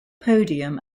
podium